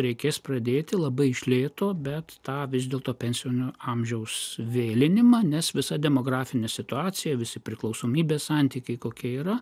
reikės pradėti labai iš lėto bet tą vis dėlto pensinio amžiaus vėlinimą nes visa demografinė situacija visi priklausomybės santykiai kokia yra